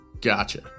gotcha